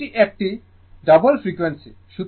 এটি একটি দ্বিগুণ ফ্রিকোয়েন্সি